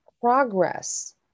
progress